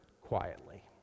quietly